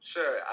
Sure